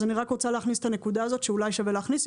אז אני רק רוצה להכניס את הנקודה הזאת שאולי שווה להכניס.